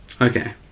Okay